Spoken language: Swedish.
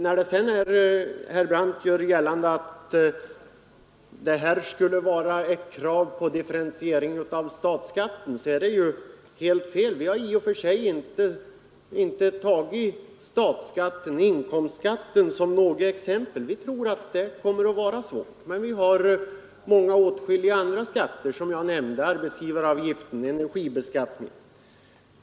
När herr Brandt gör gällande att detta skulle vara ett krav på differentiering av statsskatten, så är det helt fel. Vi har inte den statliga inkomstskatten som något exempel. Men det är åtskilliga andra skatter som jag nämnde, såsom arbetsgivaravgiften och energibeskattningen.